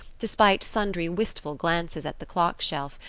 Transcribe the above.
despite sundry wistful glances at the clock shelf,